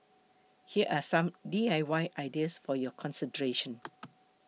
here are some D I Y ideas for your consideration